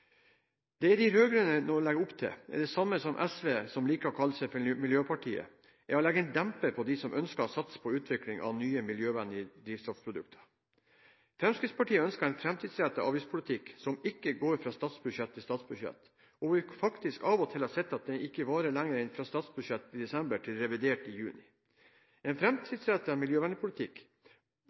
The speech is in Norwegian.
Det de rød-grønne nå legger opp til, og det sammen med SV som liker å kalle seg miljøpartiet, er å legge en demper på dem som ønsker å satse på utviklingen av nye miljøvennlige drivstoffprodukter. Fremskrittspartiet ønsker en framtidsrettet avgiftspolitikk som ikke går fra statsbudsjett til statsbudsjett, hvor vi faktisk av og til har sett at den ikke varer lenger enn fra statsbudsjettet i desember til revidert i juni. En